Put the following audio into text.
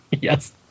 Yes